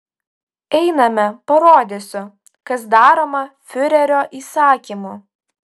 einame parodysiu kas daroma fiurerio įsakymu